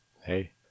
Hey